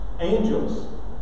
Angels